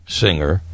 singer